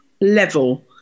level